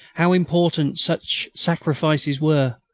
how important such sacrifices were.